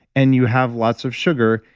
and you have lots of sugar,